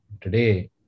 today